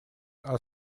are